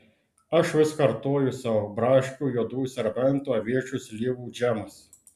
aš vis kartoju sau braškių juodųjų serbentų aviečių slyvų džemas